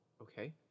Okay